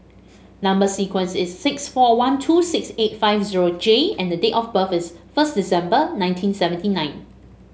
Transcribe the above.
number sequence is six four one two six eight five zero J and the date of birth is first December nineteen seventy nine